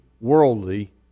worldly